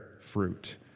fruit